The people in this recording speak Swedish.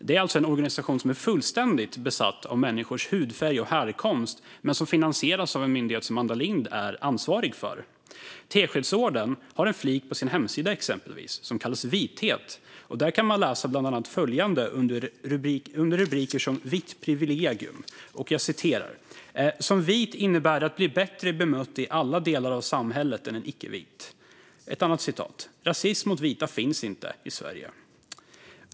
Det är alltså en organisation som är fullständigt besatt av människors hudfärg och härkomst men som finansieras av en myndighet som Amanda Lind är ansvarig för. Teskedsorden har exempelvis en flik på sin hemsida som kallas Vithet. Där kan man läsa bland annat följande under rubriker som Vitt privilegium: Som vit innebär det att bli bättre bemött i alla delar av samhället än en icke-vit. Man kan även läsa följande: Rasism mot vita finns inte i Sverige.